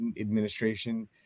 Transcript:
administration